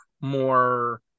more